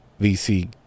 vc